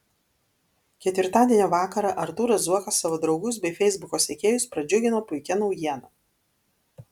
ketvirtadienio vakarą artūras zuokas savo draugus bei feisbuko sekėjus pradžiugino puikia naujiena